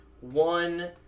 one